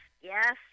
yes